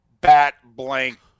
bat-blank